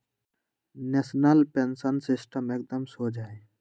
national pension system एकदम शोझ हइ